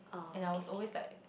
and I was always like